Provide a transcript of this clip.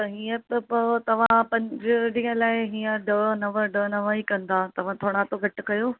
त हीअं त पोइ तव्हां पंज ॾींहं लाइ हीअं ॾह नव ॾह नव इ कंदा त पोइ थोरा त घटि कयो